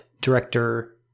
director